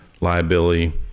liability